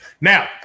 now